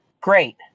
Great